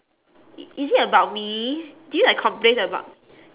i~ is it about me did you like complain about